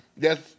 Yes